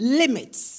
limits